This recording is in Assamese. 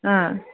ওম